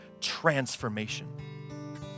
transformation